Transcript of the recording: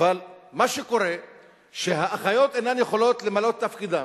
אבל מה שקורה זה שהאחיות אינן יכולות למלא תפקידן,